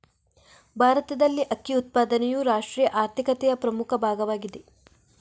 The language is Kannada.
ಭಾರತದಲ್ಲಿ ಅಕ್ಕಿ ಉತ್ಪಾದನೆಯು ರಾಷ್ಟ್ರೀಯ ಆರ್ಥಿಕತೆಯ ಪ್ರಮುಖ ಭಾಗವಾಗಿದೆ